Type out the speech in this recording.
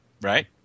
Right